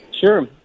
Sure